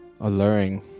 alluring